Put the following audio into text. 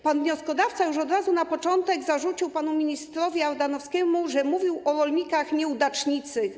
Pan wnioskodawca od razu na początku zarzucił panu ministrowi Ardanowskiemu, że mówił o rolnikach: nieudacznicy.